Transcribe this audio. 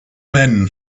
men